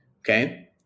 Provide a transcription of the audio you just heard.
Okay